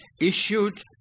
issued